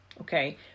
okay